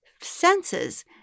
senses